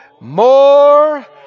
more